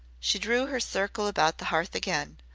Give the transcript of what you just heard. she drew her circle about the hearth again.